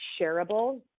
shareable